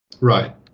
Right